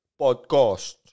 podcast